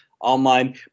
online